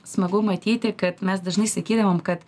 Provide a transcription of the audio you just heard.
smagu matyti kad mes dažnai sakydavom kad